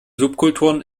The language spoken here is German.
subkulturen